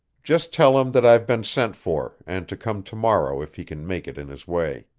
just tell him that i've been sent for, and to come to-morrow if he can make it in his way.